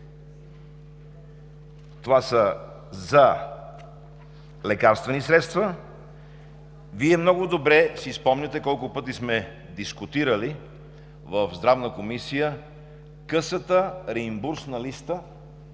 това е за „Лекарствени средства“. Вие много добре си спомняте колко пъти сме дискутирали в Здравната комисия късата реимбурсна листа